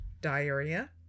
diarrhea